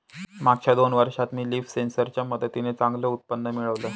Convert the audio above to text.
मागच्या दोन वर्षात मी लीफ सेन्सर च्या मदतीने चांगलं उत्पन्न मिळवलं